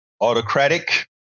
autocratic